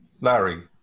Larry